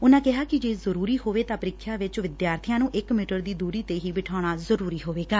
ਉਨਾਂ ਕਿਹਾ ਕਿ ਜੇ ਜ਼ਰੂਰੀ ਹੋਵੇ ਤਾਂ ਪ੍ਰੀਖਿਆ ਵਿਚ ਵਿਦਿਆਰਬੀਆਂ ਨੂੰ ਇਕ ਮੀਟਰ ਦੀ ਦੁਰੀ ਤੇ ਬਿਠਾਉਣਾ ਜ਼ਰੁਰੀ ਹੋਏਗਾ